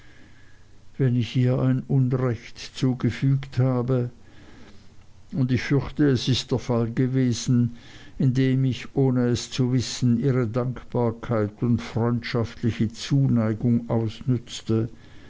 wenn ich ihr ein unrecht zugefügt habe und ich fürchte es ist der fall gewesen indem ich ohne es zu wissen ihre dankbarkeit und freundschaftliche zuneigung ausnützte